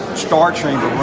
star chamber.